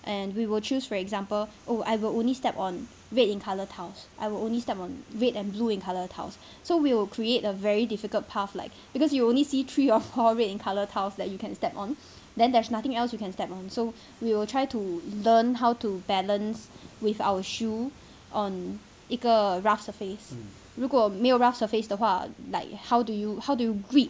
and we will choose for example oh I will only step on red in colour tiles I will only step on red and blue in colour tiles so we will create a very difficult path like because you only see three or four red in colour tiles that you can step on then there's nothing else you can step on so we will try to learn how to balance with our shoe on 一个 rough surface 如果没有 rough surface 的话 like how do you how to greet